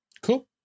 Cool